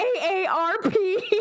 AARP